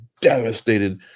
devastated